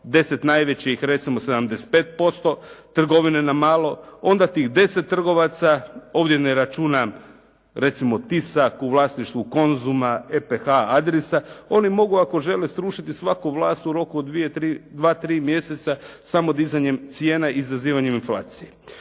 najvećih recimo 75% trgovine na malo onda tih 10 trgovaca, ovdje ne računam recimo Tisak u vlasništvu Konzuma, EPH, Adrisa. Oni mogu ako žele srušiti svaku vlast u roku od dva, tri mjeseca samo dizanjem cijena i izazivanjem inflacije.